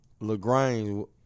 Lagrange